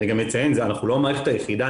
אנחנו לא המערכת היחידה.